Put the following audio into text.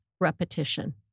repetition